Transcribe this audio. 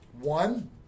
One